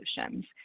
solutions